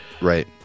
Right